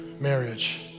marriage